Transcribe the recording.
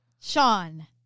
Sean